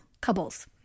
couples